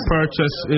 Purchase